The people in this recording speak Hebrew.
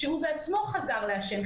הוא בעצמו חזר לעשן.